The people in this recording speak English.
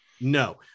No